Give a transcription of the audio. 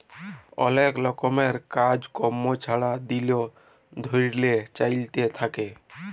অলেক রকমের কাজ কম্ম ছারা দিল ধ্যইরে চইলতে থ্যাকে